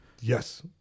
Yes